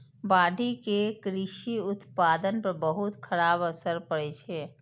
बाढ़ि के कृषि उत्पादन पर बहुत खराब असर पड़ै छै